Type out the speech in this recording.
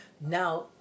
Now